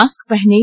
mask पहनें